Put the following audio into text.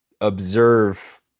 observe